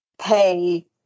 pay